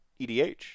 EDH